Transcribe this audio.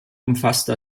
umfasste